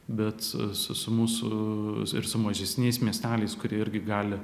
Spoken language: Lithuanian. bet su su mūsų ir su mažesniais miesteliais kurie irgi gali